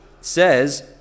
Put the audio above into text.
says